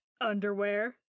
Underwear